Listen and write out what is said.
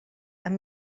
amb